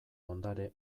ondare